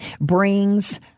brings